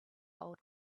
old